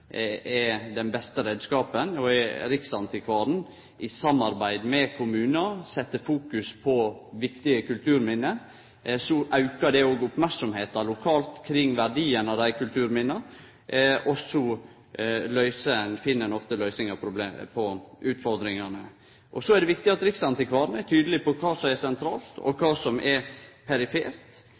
er den beste reiskapen. Om riksantikvaren i samarbeid med kommunane set fokus på viktige kulturminne, aukar det òg merksemda lokalt kring verdien av desse kulturminna, og så finn ein ofte ei løysing på utfordringane. Så er det viktig at riksantikvaren er tydeleg på kva som er sentralt, og kva som er perifert.